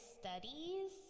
studies